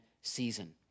season